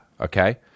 okay